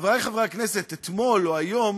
חברי חברי הכנסת, אתמול או היום